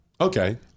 Okay